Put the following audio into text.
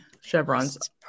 chevrons